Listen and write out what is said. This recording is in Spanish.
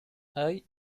hay